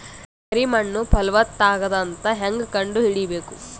ಕರಿ ಮಣ್ಣು ಫಲವತ್ತಾಗದ ಅಂತ ಹೇಂಗ ಕಂಡುಹಿಡಿಬೇಕು?